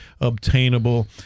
obtainable